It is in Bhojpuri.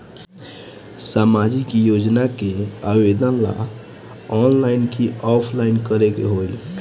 सामाजिक योजना के आवेदन ला ऑनलाइन कि ऑफलाइन करे के होई?